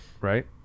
right